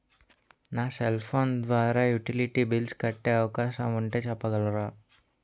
నా cell phone ద్వారా utility bills కట్టే అవకాశం ఉంటే చెప్పగలరా?